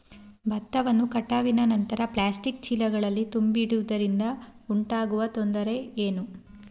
ಭತ್ತವನ್ನು ಕಟಾವಿನ ನಂತರ ಪ್ಲಾಸ್ಟಿಕ್ ಚೀಲಗಳಲ್ಲಿ ತುಂಬಿಸಿಡುವುದರಿಂದ ಉಂಟಾಗುವ ತೊಂದರೆ ಏನು?